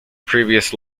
previous